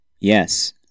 Yes